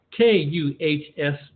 KUHS